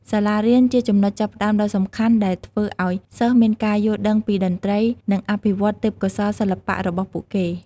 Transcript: សាលារៀនជាចំណុចចាប់ផ្ដើមដ៏សំខាន់ដែលធ្វើឱ្យសិស្សមានការយល់ដឹងពីតន្ត្រី និងអភិវឌ្ឍទេពកោសល្យសិល្បៈរបស់ពួកគេ។